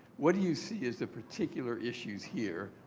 what do you see is a particular issues here,